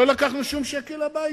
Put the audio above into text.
לא לקחנו שום שקל הביתה.